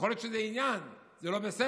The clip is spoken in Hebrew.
יכול להיות שזה עניין, זה לא בסדר,